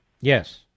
Yes